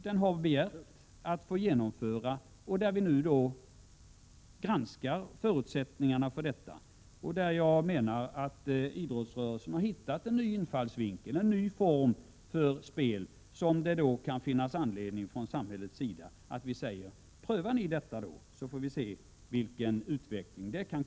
Man har begärt att få genomföra detta, och vi granskar nu förutsättningarna för det. Jag menar att idrottsrörelsen har hittat en ny form för spel där det kan finnas anledning för samhället att säga: Pröva detta, så får vi se hur utvecklingen blir.